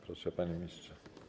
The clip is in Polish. Proszę, panie ministrze.